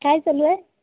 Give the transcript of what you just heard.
काय चालू आहे